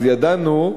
אז ידענו,